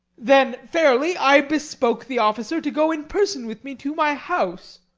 then fairly i bespoke the officer to go in person with me to my house.